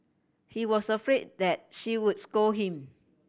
he was afraid that she would scold him